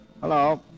Hello